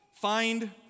Find